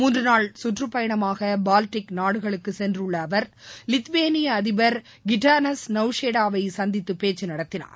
மூன்று நாள் கற்றுப்பயணமாக பாவ்டிக் நாடுகளுக்கு சென்றுள்ள அவர் லெத்வேளியா அதிபர் கிட்டனஸ் நௌசேடாவை சந்தித்து பேச்சு நடத்தினார்